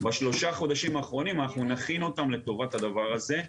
בשלושה חודשים אחרונים אנחנו נכין אותם לטובת הדבר הזה,